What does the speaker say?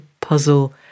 puzzle